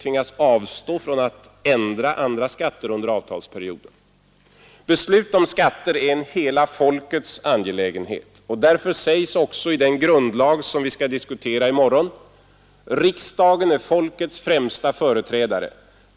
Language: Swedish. tvingas avstå från att ändra andra skatter under avtalsperioden? Beslut om skatter är en hela folkets angelägenhet. Därför sägs det också i den grundlag som vi skall diskutera i morgon: ” Riksdagen är folkets främsta företrädare.